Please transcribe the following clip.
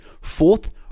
Fourth